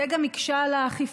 וזה גם הקשה את האכיפה.